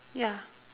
ya